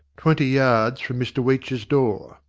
twenty yards from mr weech's door,